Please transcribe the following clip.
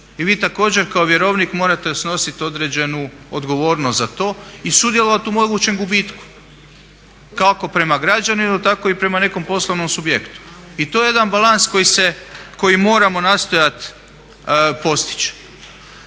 I vi također kao vjerovnik morate snositi određenu odgovornost za to i sudjelovati u mogućem gubitku kako prema građaninu tako i prema nekom poslovnom subjektu. I to je jedan balans koji se, koji moramo nastojati postići.